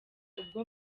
ubwo